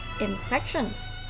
infections